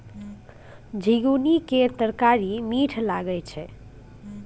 झिगुनी केर तरकारी मीठ लगई छै